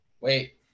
Wait